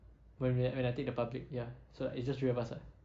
whe~ we when I take the public ya so it's just three of us lah